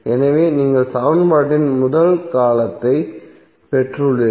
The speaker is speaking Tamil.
எனவே நீங்கள் சமன்பாட்டின் முதல் காலத்தைப் பெற்றுள்ளீர்கள்